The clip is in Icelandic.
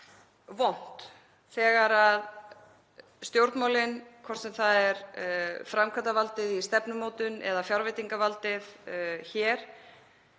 vont þegar stjórnmálin, hvort sem það er framkvæmdarvaldið í stefnumótun eða fjárveitingavaldið,